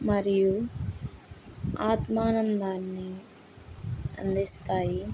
మరియు ఆత్మానందాన్ని అందిస్తాయి